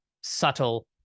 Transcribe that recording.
subtle